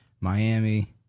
Miami